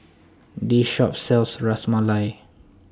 This Shop sells Ras Malai